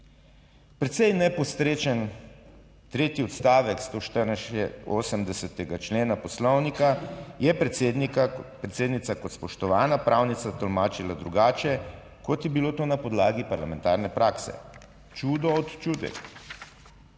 precej neposrečen tretji odstavek 184. člena Poslovnika je predsednika, predsednica kot spoštovana pravnica tolmačila drugače kot je bilo to na podlagi parlamentarne prakse. Čudo od